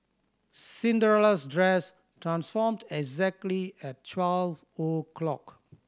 Cinderella's dress transformed exactly at twelve o'clock